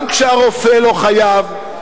גם כשהרופא לא חייב,